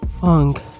funk